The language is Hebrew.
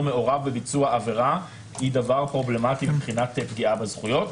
מעורב בביצוע עבירה היא דבר פרובלמטי מבחינת פגיעה בזכויות,